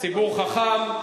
הציבור חכם.